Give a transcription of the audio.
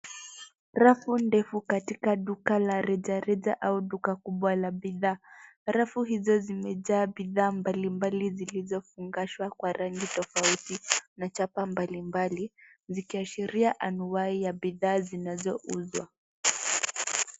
Rafu ndefu katika duka la rejareja au duka kubwa la bidhaa, rafu hizo zimejaa bidhaa mbali mbali zilizo funganiswa kwa rangi tafauti na chapa mbali mbali zikiashiria anuwai ya bidhaa zinazouswa.